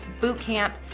bootcamp